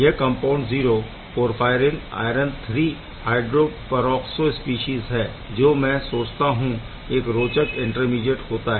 यह compound 0 porphyrin iron III hydroperoxo species है जो मैं सोचता हूँ एक रोचक इंटरमीडीऐट होता है